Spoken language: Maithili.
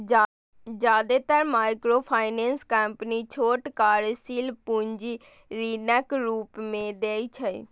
जादेतर माइक्रोफाइनेंस कंपनी छोट कार्यशील पूंजी ऋणक रूप मे दै छै